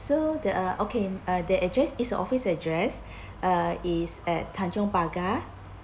so the okay the address is the office address uh is at tanjong pagar